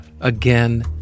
again